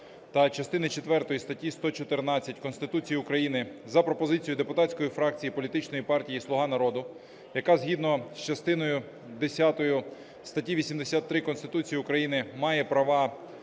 та частини четвертої статті 114 Конституції України за пропозицією депутатської фракції політичної партії "Слуга народу", яка згідно з частиною десятою статті 83 Конституції України має права